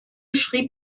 schrieb